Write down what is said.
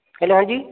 hello ਹਾਂਜੀ